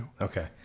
Okay